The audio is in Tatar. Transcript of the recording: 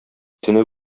төне